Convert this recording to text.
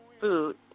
food